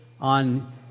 on